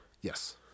Yes